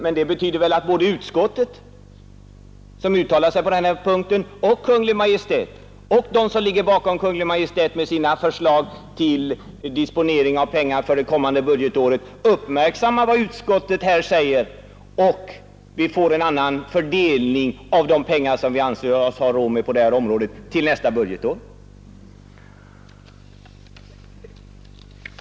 Men detta betyder väl att Kungl. Maj:t och de som ligger bakom Kungl. Maj:t med sina förslag till disponering av pengar för det kommande budgetåret skall uppmärksamma vad utskottet här säger och att vi får en annan fördelning av de pengar som vi anser oss ha råd med på detta område till nästa budgetår.